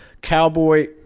cowboy